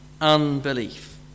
unbelief